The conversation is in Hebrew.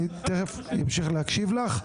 אני תכף אמשיך להקשיב לך.